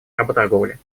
работорговли